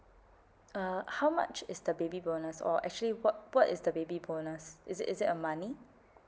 uh how much is the baby bonus or actually what what is the baby bonus is it is it a money